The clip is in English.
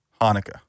Hanukkah